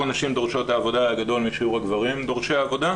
הנשים דורשות העבודה היה גדול משיעור הגברים דורשי העבודה,